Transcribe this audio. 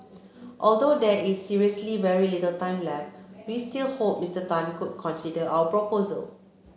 although there is seriously very little time left we still hope Mister Tan could reconsider our proposal